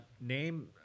name